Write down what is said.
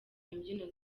imbyino